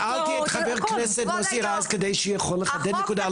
שאלתי את חבר כנסת מוסי רז כדי שיוכל לחדד נקודה,